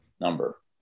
number